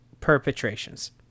perpetrations